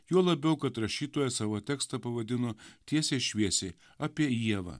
juo labiau kad rašytoja savo tekstą pavadino tiesiai šviesiai apie ievą